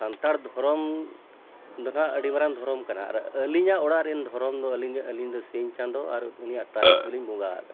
ᱥᱟᱱᱛᱟᱲ ᱫᱷᱚᱨᱚᱢ ᱫᱚ ᱱᱟᱦᱟᱸᱜ ᱟᱹᱰᱤ ᱢᱟᱨᱟᱝ ᱫᱷᱚᱨᱚᱢ ᱠᱟᱱᱟ ᱟᱨ ᱟᱹᱞᱤᱧᱟᱜ ᱚᱲᱟᱜ ᱨᱮᱱ ᱫᱷᱚᱨᱚᱢ ᱫᱚ ᱟᱹᱞᱤᱧᱟᱜ ᱟᱹᱞᱤᱧ ᱫᱚ ᱥᱤᱧ ᱪᱟᱸᱫᱳ ᱟᱨ ᱩᱱᱤᱭᱟᱜ ᱛᱟᱨᱟᱥ ᱜᱮᱞᱤᱧ ᱵᱚᱸᱜᱟᱣᱟᱜ ᱠᱟᱱᱟ